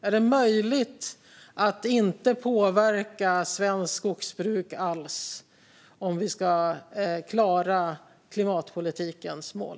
Är det möjligt att inte påverka svenskt skogsbruk alls om vi ska klara klimatpolitikens mål?